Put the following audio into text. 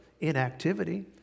inactivity